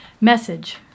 Message